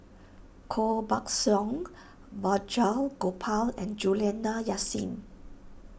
Koh Buck Song Barjia Gopal and Juliana Yasin